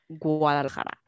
Guadalajara